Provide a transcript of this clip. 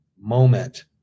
moment